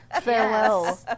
Farewell